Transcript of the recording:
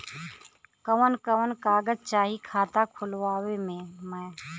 कवन कवन कागज चाही खाता खोलवावे मै?